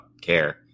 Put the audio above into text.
care